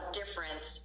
difference